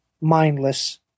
mindless